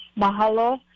Mahalo